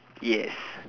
yes